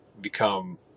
become